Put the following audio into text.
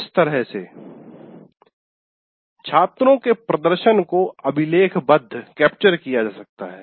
इस तरह से छात्रों के प्रदर्शन को अभिलेखबद्ध किया जा सकता है